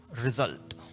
result